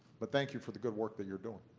but thank you for the good work that you're doing.